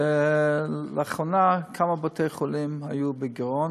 לאחרונה כמה בתי-חולים היו בגירעון,